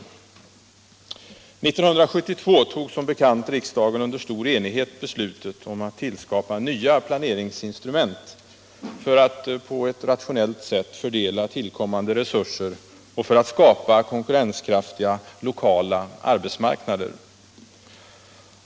1972 tog som bekant riksdagen under stor enighet beslutet om att tillskapa nya planeringsinstrument — för att på ett rationellt sätt fördela tillkommande resurser och för att skapa konkurrenskraftiga lokala arbetsmarknader.